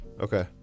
okay